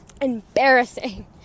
Embarrassing